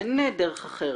אין דרך אחרת,